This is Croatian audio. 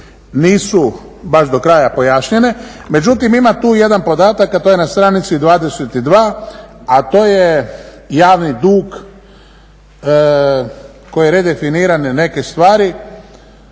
nisu baš do kraja pojašnjenje. Međutim, ima tu jedan podatak a to je na stranici 22. a to je javni dug koji redefinira neke stvari